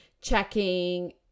checking